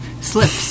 slips